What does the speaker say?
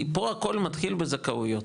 כי פה הכל מתחיל בזכאויות.